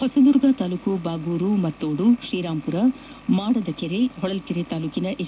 ಹೊಸದುರ್ಗ ತಾಲೂಕಿನ ಬಾಗೂರು ಮತ್ತೋಡು ಶ್ರೀರಾಂಪುರ ಮಾಡದಕೆರೆ ಹೊಳಲ್ಲೆರೆ ತಾಲೂಕಿನ ಹೆಚ್